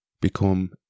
become